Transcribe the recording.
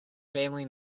family